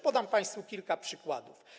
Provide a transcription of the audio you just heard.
Podam państwu kilka przykładów.